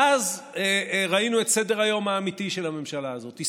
ואז ראינו את סדר-היום האמיתי של הממשלה הזאת,